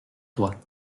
toi